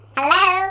Hello